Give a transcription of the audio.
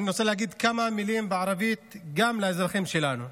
אני רוצה להגיד כמה מילים בערבית גם לאזרחים שלנו.